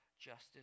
justice